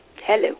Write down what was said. Hello